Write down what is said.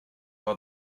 war